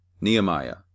Nehemiah